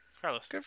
Carlos